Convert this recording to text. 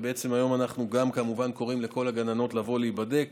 וגם היום אנחנו כמובן קוראים לכל הגננות: לכו להיבדק,